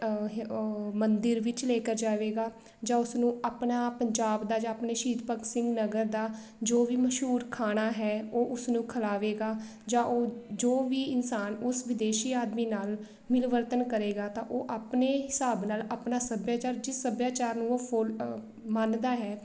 ਮੰਦਿਰ ਵਿੱਚ ਲੇਕਰ ਜਾਵੇਗਾ ਜਾਂ ਉਸਨੂੰ ਆਪਣਾ ਪੰਜਾਬ ਦਾ ਜਾਂ ਆਪਣੇ ਸ਼ਹੀਦ ਭਗਤ ਸਿੰਘ ਨਗਰ ਦਾ ਜੋ ਵੀ ਮਸ਼ਹੂਰ ਖਾਣਾ ਹੈ ਉਹ ਉਸਨੂੰ ਖਿਲਾਵੇਗਾ ਜਾਂ ਉਹ ਜੋ ਵੀ ਇਨਸਾਨ ਉਸ ਵਿਦੇਸ਼ੀ ਆਦਮੀ ਨਾਲ ਮਿਲਵਰਤਨ ਕਰੇਗਾ ਤਾਂ ਉਹ ਆਪਣੇ ਹਿਸਾਬ ਨਾਲ ਆਪਣਾ ਸੱਭਿਆਚਾਰ ਜਿਸ ਸੱਭਿਆਚਾਰ ਨੂੰ ਉਹ ਫੋਲ ਮੰਨਦਾ ਹੈ